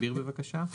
תסביר בבקשה.